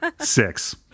Six